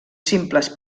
simples